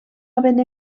havent